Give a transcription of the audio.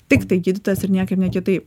tiktai gydytojas ir niekaip ne kitaip